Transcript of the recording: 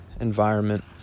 environment